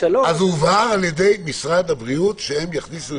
הובהר על-ידי משרד הבריאות, שיכניסו את זה.